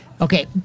okay